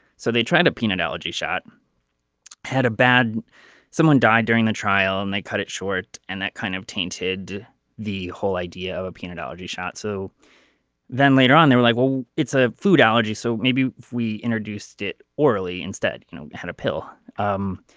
so they tried to peanut allergy shot had a bad someone die during the trial and they cut it short. and that kind of tainted the whole idea of a peanut allergy shot so then later on they're like well it's a food allergy so maybe we introduced it orally instead you know had a pill. um